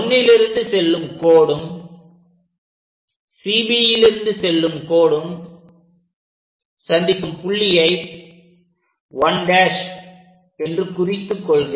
1லிருந்து செல்லும் கோடும் CBலிருந்து செல்லும் கோடும் சந்திக்கும் புள்ளியை 1' என்று குறித்து கொள்க